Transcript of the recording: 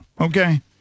okay